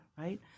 right